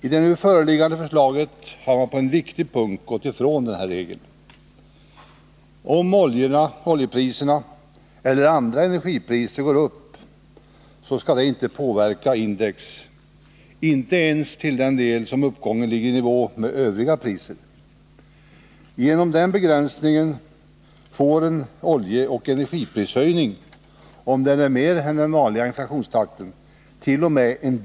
I det nu föreliggande förslaget har man på en viktig punkt gått ifrån denna regel. Om oljeoch energipriser går upp skall detta inte påverka index, inte ens om uppgången ligger i nivå med övriga priser. Genom den begränsningen får en oljeoch energiprishöjningt.o.m.